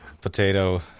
potato